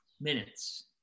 minutes